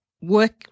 work